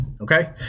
okay